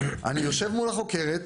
אני יושב מול החוקרת,